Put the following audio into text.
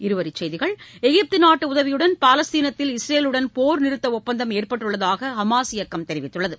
இருவரிச் செய்திகள் எகிப்து நாட்டு உதவியுடன் பாலஸ்தீனத்தில் இஸ்ரேலுடன் போர் நிறுத்தம் ஒப்பந்தம் ஏற்பட்டுள்ளதாக ஹமாஸ் இயக்கம் தெரிவித்துள்ளது